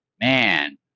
man